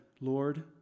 Lord